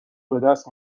بدست